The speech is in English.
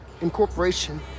incorporation